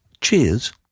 Cheers